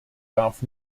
darf